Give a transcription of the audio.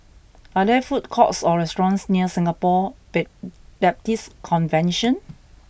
are there food courts or restaurants near Singapore bay Baptist Convention